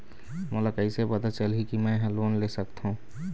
मोला कइसे पता चलही कि मैं ह लोन ले सकथों?